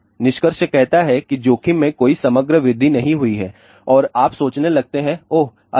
निष्कर्ष कहता है कि जोखिम में कोई समग्र वृद्धि नहीं हुई है और आप सोचने लगते हैं ओह अच्छा